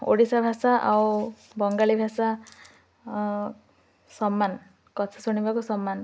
ଓଡ଼ିଶା ଭାଷା ଆଉ ବଙ୍ଗାଳୀ ଭାଷା ସମାନ କଥା ଶୁଣିବାକୁ ସମାନ